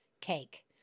cake